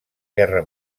guerra